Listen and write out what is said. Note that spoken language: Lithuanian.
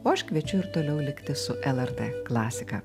o aš kviečiu ir toliau likti su lrt klasika